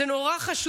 זה נורא חשוב.